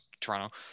Toronto